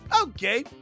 okay